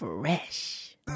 Fresh